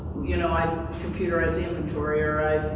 you know, i'd computerize inventory, or